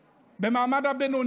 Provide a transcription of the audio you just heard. למען הר הבית,